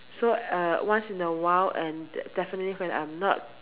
so uh once in a while and definitely when I'm not